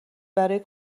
برای